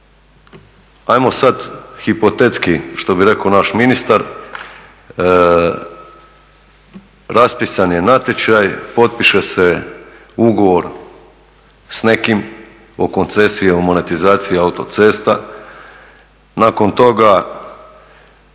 ajmo sada hipotetski što bi rekao naš ministar raspisani je natječaj, potpiše se ugovor sa nekim o koncesiji o monetizaciji autocesta, nakon toga